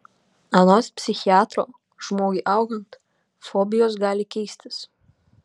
anot psichiatro žmogui augant fobijos gali keistis